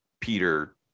Peter